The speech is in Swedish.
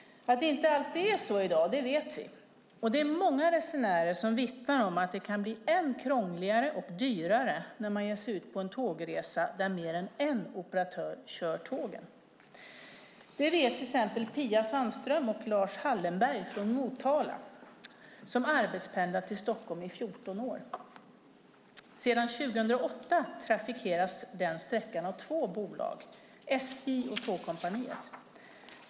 Att det inte alltid är så i dag vet vi, och det är många resenärer som vittnar om att det kan bli än krångligare och dyrare när man ger sig ut på en tågresa där mer än en operatör kör tågen. Det vet till exempel Pia Sandström och Lars Hallenberg från Motala, som har arbetspendlat till Stockholm i 14 år. Sedan 2008 trafikeras sträckan av två bolag - SJ och Tågkompaniet.